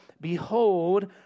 Behold